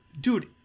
Dude